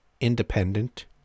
independent